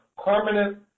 Permanent